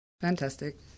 Fantastic